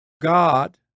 God